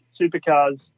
Supercars